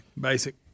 basic